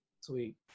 Sweet